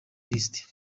lisiti